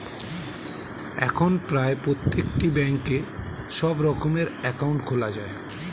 এখন প্রায় প্রত্যেকটি ব্যাঙ্কে সব রকমের অ্যাকাউন্ট খোলা যায়